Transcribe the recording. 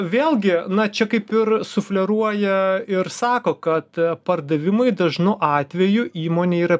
vėlgi na čia kaip ir sufleruoja ir sako kad pardavimui dažnu atveju įmonė yra